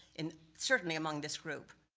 and certainly, among this group.